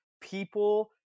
people